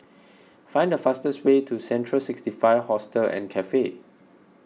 find the fastest way to Central sixty five Hostel and Cafe